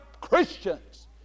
Christians